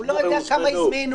הוא לא יודע כמה הזמינו,